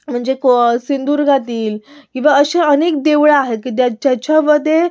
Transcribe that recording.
म्हणजे कॉ सिंधुदुर्गातील किंवा असे अनेक देऊळं आहेत की द्या ज्याच्यामध्ये